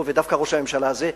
דווקא ראש הממשלה הזה,